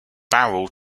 barrel